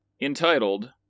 entitled